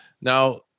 now